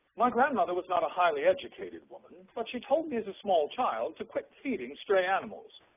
my grandmother was not a highly educated woman, but she told me as a small child to quit feeding stray animals.